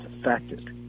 affected